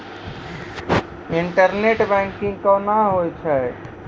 Internet banking कोना होय छै?